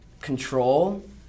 control